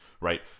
right